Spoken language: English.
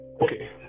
Okay